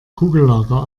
kugellager